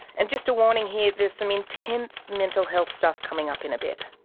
and just a warning here there's some intense mental health stuff coming up in a bit.